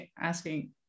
asking